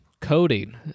coding